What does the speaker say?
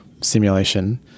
simulation